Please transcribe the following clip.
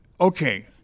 okay